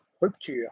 rupture